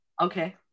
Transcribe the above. Okay